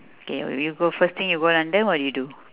okay when you go first thing you go london what would you do